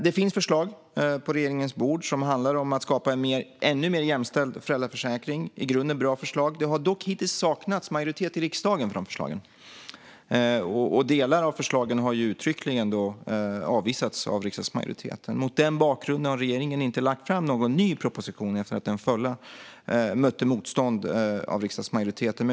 Det finns förslag på regeringens bord som handlar om att skapa en ännu mer jämställd föräldraförsäkring. Det är i grunden bra förslag. Dock har det hittills saknats majoritet i riksdagen för förslagen. Delar av förslagen har uttryckligen avvisats av riksdagsmajoriteten. Mot den bakgrunden har regeringen inte lagt fram någon ny proposition efter att den förra mötte motstånd från riksdagsmajoriteten.